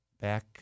back